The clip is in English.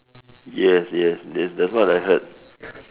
yes yes that's that's what I heard